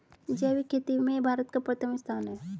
जैविक खेती में भारत का प्रथम स्थान है